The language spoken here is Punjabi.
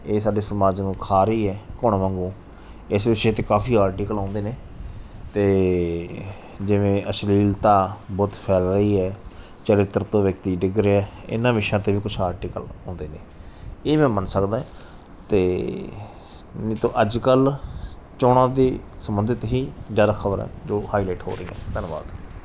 ਇਹ ਸਾਡੇ ਸਮਾਜ ਨੂੰ ਖਾ ਰਹੀ ਹੈ ਘੁਣ ਵਾਂਗੂੰ ਇਸ ਵਿਸ਼ੇ 'ਤੇ ਕਾਫੀ ਆਰਟੀਕਲ ਆਉਂਦੇ ਨੇ ਅਤੇ ਜਿਵੇਂ ਅਸ਼ਲੀਲਤਾ ਬਹੁਤ ਫੈਲ ਰਹੀ ਹੈ ਚਰਿੱਤਰ ਤੋਂ ਵਿਅਕਤੀ ਡਿੱਗ ਰਿਹਾ ਇਹਨਾਂ ਵਿਸ਼ਿਆਂ 'ਤੇ ਵੀ ਕੁਛ ਆਰਟੀਕਲ ਆਉਂਦੇ ਨੇ ਇਹ ਮੈਂ ਮੰਨ ਸਕਦਾ ਅਤੇ ਨਹੀਂ ਤਾਂ ਅੱਜ ਕੱਲ੍ਹ ਚੋਣਾਂ ਦੇ ਸੰਬੰਧਿਤ ਹੀ ਜ਼ਿਆਦਾ ਖਬਰਾਂ ਜੋ ਹਾਈਲਾਈਟ ਹੋ ਰਹੀਆਂ ਧੰਨਵਾਦ